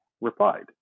replied